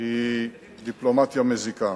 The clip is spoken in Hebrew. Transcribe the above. היא דיפלומטיה מזיקה.